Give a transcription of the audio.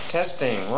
Testing